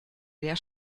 leer